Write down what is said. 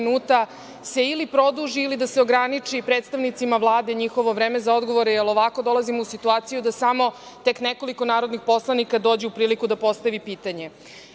se ili produži ili da se ograniči predstavnicima Vlade njihovo vreme za odgovor, jer ovako dolazimo u situaciju da samo tek nekoliko narodnih poslanika dođe u priliku da postavi